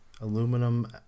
aluminum